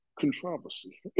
controversy